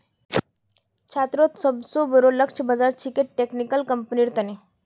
छात्रोंत सोबसे बोरो लक्ष्य बाज़ार छिके टेक्निकल कंपनिर तने